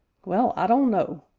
well, i don't know,